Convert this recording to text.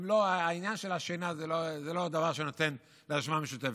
העניין של השינה זה לא הדבר שנותן לרשימה המשותפת.